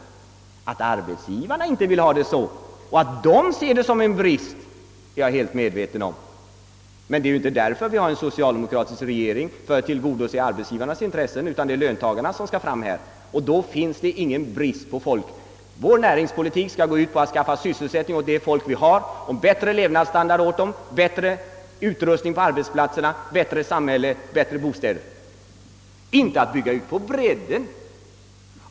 Att arbetsgivarna inte vill ha det så och att de betraktar det som en brist är jag helt medveten om, men vi har inte en socialdemokratisk regering för att tillgodose arbetsgivarnas intressen utan det är löntagarnas intressen det gäller och från den utgångspunkten finns det ingen brist på folk. Vår näringspolitik skall gå ut på att skaffa sysselsättning åt de arbetare vi redan har, en bättre levnadsstandard, bättre utrustning på arbetsplatserna, bättre samhälle och bättre bostäder. Vi skall inte bygga ut på bredden.